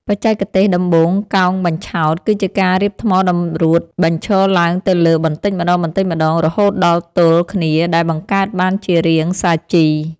បច្ចេកទេសដំបូលកោងបញ្ឆោតគឺជាការរៀបថ្មតម្រួតបញ្ឈរឡើងទៅលើបន្តិចម្តងៗរហូតដល់ទល់គ្នាដែលបង្កើតបានជារាងសាជី។